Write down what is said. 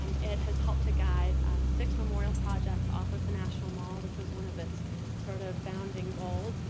um it has helped to guide six memorial projects off of the national mall which was one of its sort of founding goals.